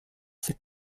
ses